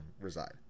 reside